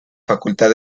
facultad